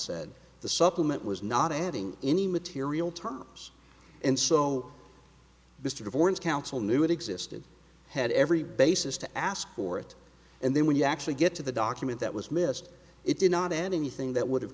said the supplement was not adding any material terms and so mr horn's council knew it existed had every basis to ask for it and then when you actually get to the document that was missed it did not add anything that would have